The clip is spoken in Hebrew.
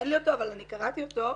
אין לי אותו אבל אני קראתי אותו.